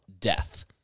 death